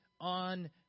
on